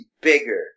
bigger